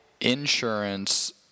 insurance